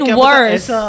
worse